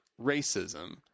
racism